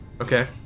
okay